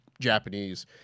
Japanese